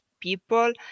People